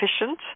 efficient